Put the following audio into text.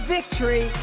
Victory